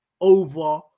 over